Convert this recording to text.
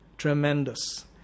tremendous